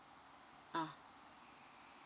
ah